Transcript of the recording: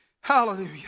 hallelujah